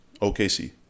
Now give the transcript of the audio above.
OKC